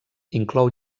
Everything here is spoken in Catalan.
inclou